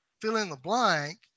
fill-in-the-blank